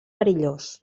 perillós